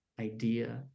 idea